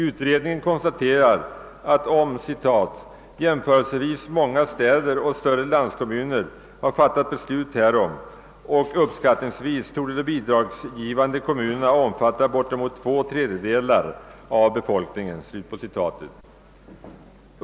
Utredningen konstaterar att »jämförelsevis många städer och större landskommuner har fattat beslut härom och uppskattningsvis torde de bidragsgivande kommunerna - omfatta bort emot två tredjedelar av befolkningen».